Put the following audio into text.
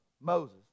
Moses